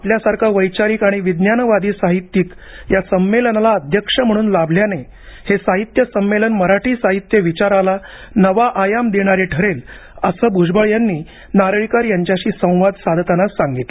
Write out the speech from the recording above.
आपल्यासारखा वैचारिक आणि विज्ञानवादी साहित्यिक या संमेलनाला अध्यक्ष म्हणून लाभल्याने हे साहित्य संमेलन मराठी साहित्य विचाराला नवा आयाम देणारे ठरेल असं भूजबळ यांनी नारळीकर यांच्याशी संवाद साधताना सांगितलं